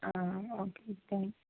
ആ okay okay